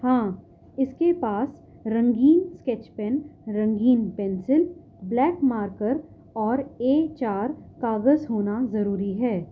ہاں اس کے پاس رنگین اسکیچ پین رنگین پنسل بلیک مارکر اور اے چار کاغذ ہونا ضروری ہے